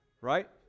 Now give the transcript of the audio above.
Right